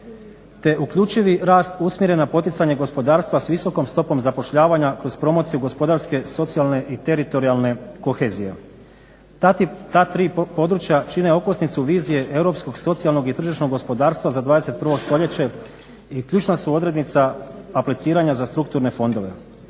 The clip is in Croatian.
te uključivi rast usmjeren na poticanje gospodarstva s visokom stopom zapošljavanja kroz promociju gospodarske, socijalne i teritorijalne kohezije. Ta tri područja čine okosnicu vizije europskog socijalnog i tržišnog gospodarstva za 21. stoljeće i ključna su odrednica apliciranja za strukturne fondove.